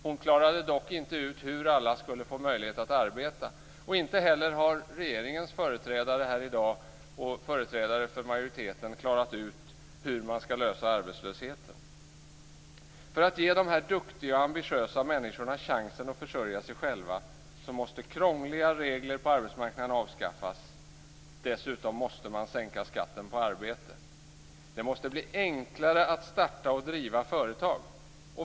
Hon klarade dock inte ut hur alla skulle få möjlighet att arbeta. Inte heller regeringens och majoritetens företrädare klarade ut hur man skall lösa arbetslöshetsproblemet. För att vi skall kunna ge dessa duktiga ambitiösa människor chansen att försörja sig själva måste krångliga regler på arbetsmarknaden avskaffas. Dessutom måste man sänka skatten på arbete. Det måste bli enklare att starta och driva ett företag.